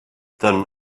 than